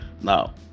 Now